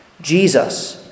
Jesus